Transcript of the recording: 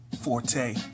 Forte